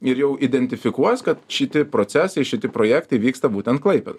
ir jau identifikuos kad šiti procesai šiti projektai vyksta būtent klaipėdoj